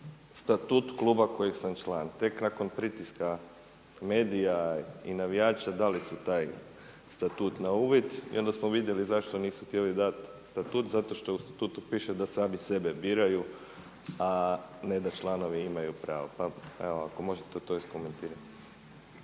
statut kluba kojeg sam član. Tek nakon pritiska medija i navijača dali su taj statut na uvid i onda smo vidjeli zašto nisu htjeli dati statut zato što u statutu piše da sami sebe biraju a ne da članovi imaju pravo. Pa evo, ako možete to iskomentirati.